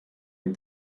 les